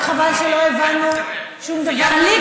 רק חבל שלא הבנו שום דבר.